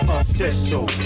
official